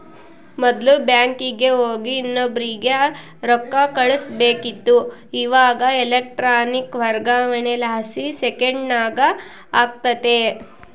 ಮೊದ್ಲು ಬ್ಯಾಂಕಿಗೆ ಹೋಗಿ ಇನ್ನೊಬ್ರಿಗೆ ರೊಕ್ಕ ಕಳುಸ್ಬೇಕಿತ್ತು, ಇವಾಗ ಎಲೆಕ್ಟ್ರಾನಿಕ್ ವರ್ಗಾವಣೆಲಾಸಿ ಸೆಕೆಂಡ್ನಾಗ ಆಗ್ತತೆ